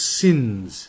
sins